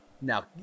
Now